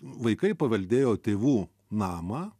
vaikai paveldėjo tėvų namą